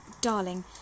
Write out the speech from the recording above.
darling